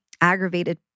aggravated